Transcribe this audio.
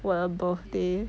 我的 birthday